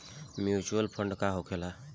Mutual fund का होखेला?